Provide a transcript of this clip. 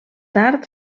tard